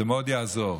זה מאוד יעזור.